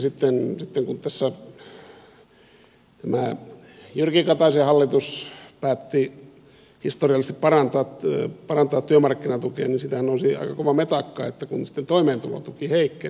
sitten kun tässä tämä jyrki kataisen hallitus päätti historiallisesti parantaa työmarkkinatukea niin siitähän nousi aika kova metakka kun sitten toimeentulotuki heikkeni